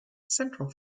central